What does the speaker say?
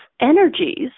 energies